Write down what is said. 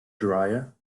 dryer